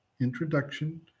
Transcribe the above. Introduction